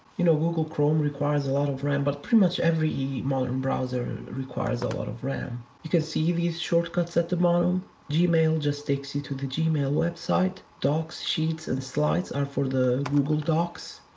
you know google chrome requires a lot of ram, but pretty much every modern browser requires a lot of ram. you can see these shortcuts at the bottom gmail just takes you to the gmail web site. docs, sheets, and slides, are for the google docs.